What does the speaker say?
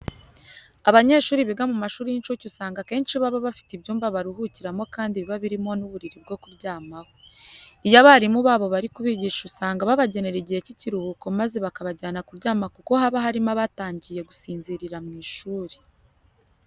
Abanyeshuri biga mu mashuri y'incuke usanga akenshi baba bafite ibyumba baruhukiramo kandi biba birimo n'uburiri bwo kuryamaho. Iyo abarimu babo bari kubigisha usanga babagenera igihe cy'ikiruhuko maze bakabajyana kuryama kuko haba harimo abatangiye gusinzirira mu ishuri.